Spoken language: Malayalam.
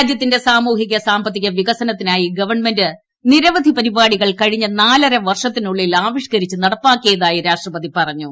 രാജ്യത്തിന്റെ സാമൂഹിക സാമ്പത്തിക വികസനത്തിനായി ഗവൺമെന്റ് നിരവധി പരിപാടികൾ കഴിഞ്ഞ നാലര വർഷത്തിനുള്ളിൽ ആവിഷ്ക്കരിച്ച് നടപ്പാക്കിയതായി രാഷ്ട്രപതി പറഞ്ഞു